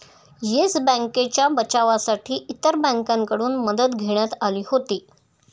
yes बँकेच्या बचावासाठी इतर बँकांकडून मदत घेण्यात आली होती